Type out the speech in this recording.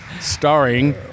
Starring